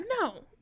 No